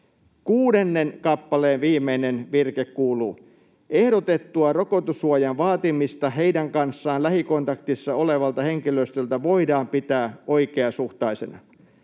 Kuudennen kappaleen viimeinen virke kuuluu: ”Ehdotettua rokotussuojan vaatimista heidän kanssaan lähikontaktissa olevalta henkilöstöltä voidaan pitää oikeasuhtaisena.”